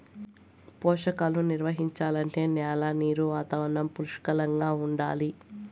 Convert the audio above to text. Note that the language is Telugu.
పోషకాలు నిర్వహించాలంటే న్యాల నీరు వాతావరణం పుష్కలంగా ఉండాలి